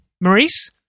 Maurice